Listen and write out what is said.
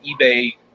eBay